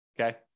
Okay